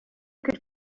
could